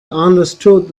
understood